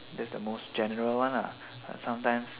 that's the most general one ah but sometimes